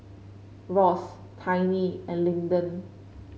Ross Tiny and Linden